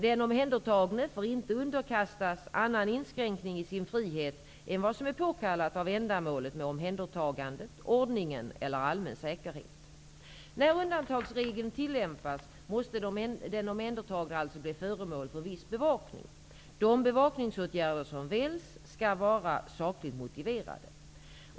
Den omhändertagne får inte underkastas annan inskränkning i sin frihet än vad som är påkallat av ändamålet med omhändertagandet, ordningen eller allmän säkerhet. När undantagsregeln tillämpas måste den omhändertagne alltså bli föremål för viss bevakning. De bevakningsåtgärder som väljs skall vara sakligt motiverade.